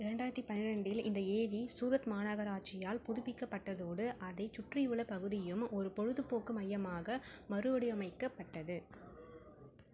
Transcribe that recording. ரெண்டாயிரத்தி பன்னிரெண்டில் இந்த ஏரி சூரத் மாநகராட்சியால் புதுப்பிக்கப்பட்டதோடு அதை சுற்றியுள்ள பகுதியும் ஒரு பொழுதுபோக்கு மையமாக மறுவடிவமைக்கப்பட்டது